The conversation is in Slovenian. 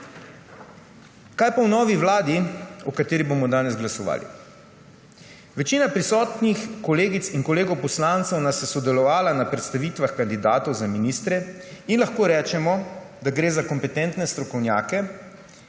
Kaj pa o novi vladi, o kateri bomo danes glasovali? Večina prisotnih kolegic in kolegov poslancev nas je sodelovala na predstavitvah kandidatov za ministre in lahko rečemo, da gre za kompetentne strokovnjake,